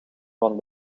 van